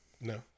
No